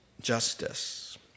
Justice